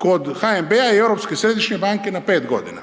HNB-a i Europske središnje banke na 5 godina.